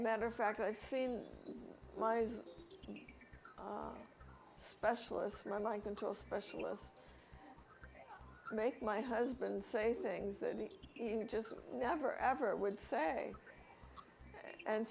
matter of fact i've seen my eyes specialists my mind control specialists make my husband say things that he just never ever would say and